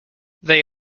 they